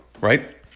right